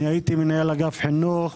אני הייתי מנהל אגף חינוך.